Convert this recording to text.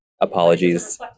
apologies